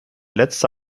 letzte